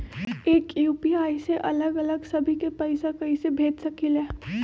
एक यू.पी.आई से अलग अलग सभी के पैसा कईसे भेज सकीले?